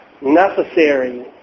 necessary